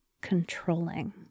controlling